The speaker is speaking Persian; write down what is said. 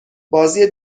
بازی